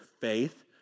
faith